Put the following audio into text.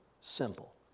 simple